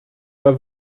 pas